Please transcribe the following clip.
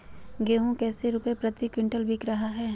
गेंहू कैसे रुपए प्रति क्विंटल बिक रहा है?